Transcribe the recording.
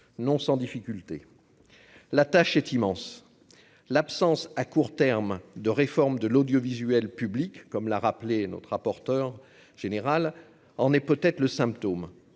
non sans difficultés, la tâche est immense, l'absence, à court terme de réforme de l'audiovisuel public, comme l'a rappelé, notre rapporteur général en est peut être le symptôme